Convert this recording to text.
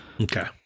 Okay